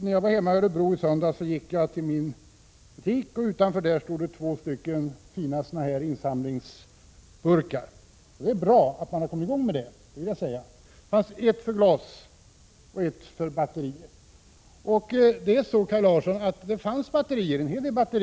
När jag var hemma i Örebro i söndags gick jag till min butik utanför vilken fanns två insamlingsburkar, en för glas och en för batterier. Jag tyckte att det var bra att man hade kommit i gång med detta.